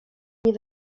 nie